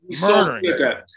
murdering